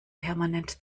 permanent